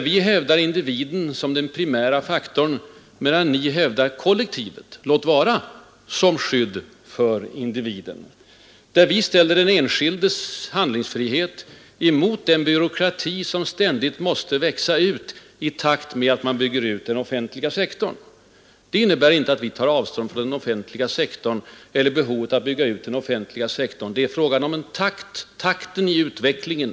Vi hävdar individen som den primära faktorn medan ni hävdar kollektivet — låt vara som skydd för individen. Vi ställer den enskildes handlingsfrihet mot den byråkrati som ständigt måste växa ut i takt med att man bygger ut den offentliga sektorn. Det innebär inte att vi tar avstånd från en offentlig sektor eller behovet av att bygga ut denna, det är fråga om takten i utvecklingen.